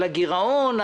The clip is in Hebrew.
על גירעון,